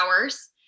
hours